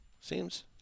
seems